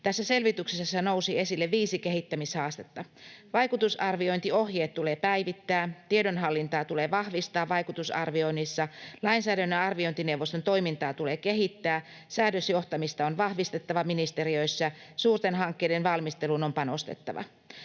Tässä selvityksessä nousi esille viisi kehittämishaastetta: vaikutusarviointiohjeet tulee päivittää, tiedonhallintaa tulee vahvistaa vaikutusarvioinnissa, lainsäädännön arviointineuvoston toimintaa tulee kehittää, säädösjohtamista on vahvistettava ministeriöissä, suurten hankkeiden valmisteluun on panostettava.